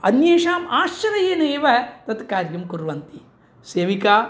अन्येषाम् आश्रयेणेव तत् कार्यं कुर्वन्ति सेविका